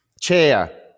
Chair